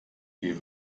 wie